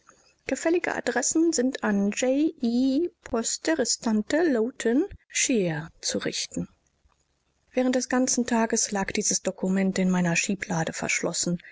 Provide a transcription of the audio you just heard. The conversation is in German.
gefällige adressen sind an j e poste restante lowton shire zu richten während des ganzen tages lag dieses dokument in meiner schieblade verschlossen